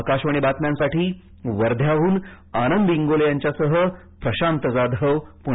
आकाशवाणी बातम्यांसाठी वर्ध्याहन आनंद इंगोले यांच्यासह प्रशांत जाधव पुणे